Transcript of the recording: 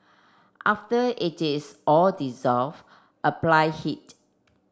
after it is all dissolve apply heat